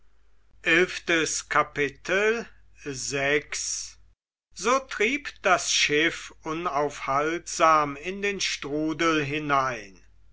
so trieb das schiff unaufhaltsam in den strudel hinein